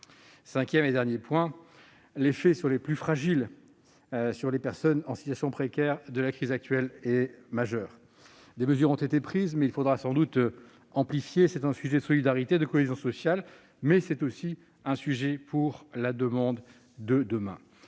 de la crise actuelle sur les plus fragiles et les personnes en situation précaire est majeur. Des mesures ont été prises, mais il faudra sans doute les amplifier. C'est un sujet de solidarité, de cohésion sociale, mais c'est aussi un enjeu pour la demande de demain.